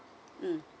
mm